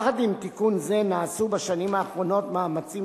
יחד עם תיקון זה נעשו בשנים האחרונות מאמצים